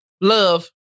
Love